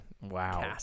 Wow